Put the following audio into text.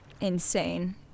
insane